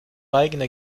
eigene